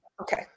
Okay